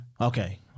Okay